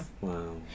Wow